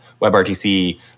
WebRTC